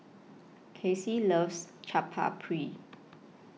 Kaycee loves Chaat Papri